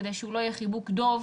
כדי שהוא לא יהיה חיבוק דב,